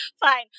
Fine